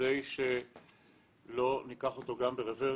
בכדי שלא ניקח אותו גם ברברס.